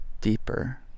deeper